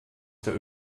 der